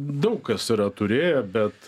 daug kas yra turėję bet